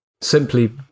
simply